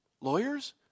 lawyers